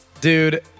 Dude